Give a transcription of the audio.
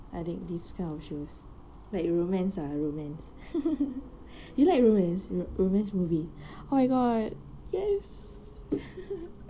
I dig this kind of show like romance ah romance you like romance romance movie oh my god yes